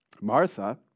Martha